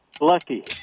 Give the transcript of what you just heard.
Lucky